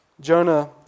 Jonah